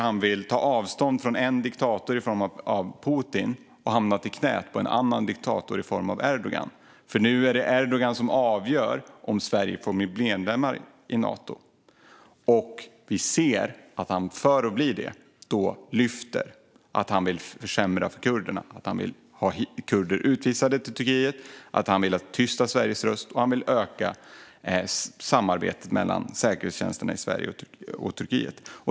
Han vill ta avstånd från en diktator i form av Putin och har hamnat i knät på en annan diktator i form av Erdogan, för nu är det Erdogan som avgör om Sverige får bli medlem i Nato. Vi ser att han då lyfter att han vill försämra för kurderna, att han vill ha kurder utvisade till Turkiet, att han vill tysta Sveriges röst och att han vill öka samarbetet mellan säkerhetstjänsterna i Sverige och Turkiet.